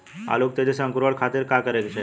आलू के तेजी से अंकूरण खातीर का करे के चाही?